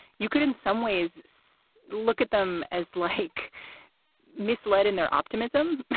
you could in some ways so look at them as like misled in their optimism.